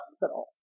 hospital